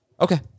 Okay